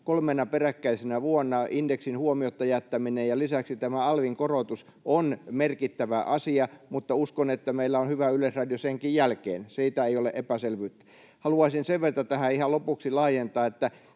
Kolmena peräkkäisenä vuonna indeksin huomiotta jättäminen ja lisäksi tämä alvin korotus ovat merkittäviä asioita. Mutta uskon, että meillä on hyvä Yleisradio senkin jälkeen, siitä ei ole epäselvyyttä. Haluaisin sen verta tähän ihan lopuksi laajentaa,